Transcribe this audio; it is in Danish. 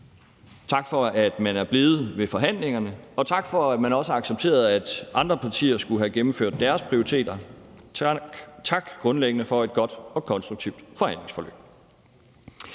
Tak for, at man er blevet ved forhandlingerne, og tak for, at man også har accepteret, at andre partier skulle have gennemført deres prioriteter. Grundlæggende tak for et godt og konstruktivt forhandlingsforløb.